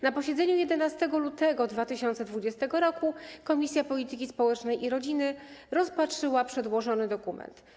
Na posiedzeniu 11 lutego 2020 r. Komisja Polityki Społecznej i Rodziny rozpatrzyła przedłożony dokument.